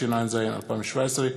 התשע"ז 2017,